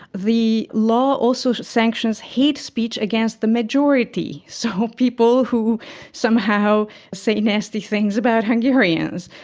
the law also sanctions hate speech against the majority, so people who somehow say nasty things about hungarians,